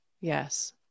Yes